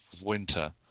winter